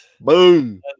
boom